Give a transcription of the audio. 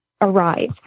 arise